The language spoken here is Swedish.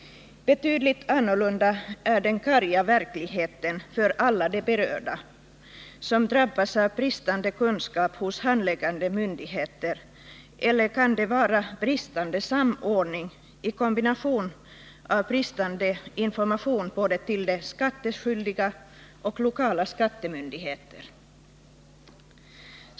Betydligt annorlunda är den karga verkligheten för alla de berörda som drabbas av bristande kunskap hos handläggande myndigheter. Eller kan det vara bristande samordning i kombination med bristande information till både skattskyldiga och lokala skattemyndigheter?